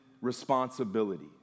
responsibility